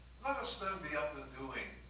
let us, then, be up and doing,